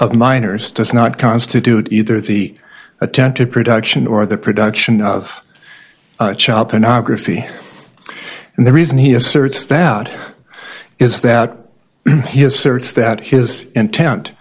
of minors does not constitute either the attentive production or the production of child pornography and the reason he asserts bad is that his search that his intent